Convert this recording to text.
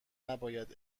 نباید